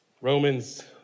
Romans